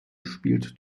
spielt